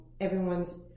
everyone's